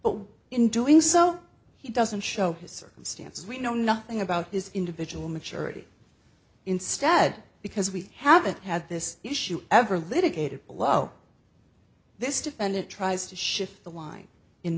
but in doing so he doesn't show his circumstances we know nothing about his individual maturity instead because we haven't had this issue ever litigated below this defendant tries to shift the line in